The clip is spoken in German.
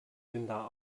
linda